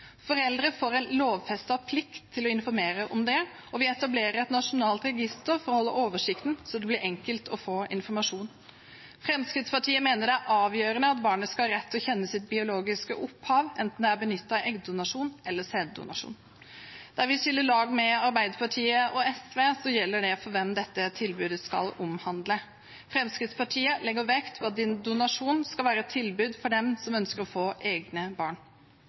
Foreldre får en lovfestet plikt til å informere om det, og vi etablerer et nasjonalt register for å holde oversikten, så det blir enkelt å få informasjon. Fremskrittspartiet mener det er avgjørende at barnet skal ha rett til å kjenne sitt biologiske opphav, enten det er benyttet eggdonasjon eller sæddonasjon. Vi skiller lag med Arbeiderpartiet og SV når det gjelder for hvem dette tilbudet skal omhandle. Fremskrittspartiet legger vekt på at donasjon skal være et tilbud for dem som ønsker å få egne barn.